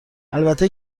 البته